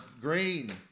green